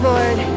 Lord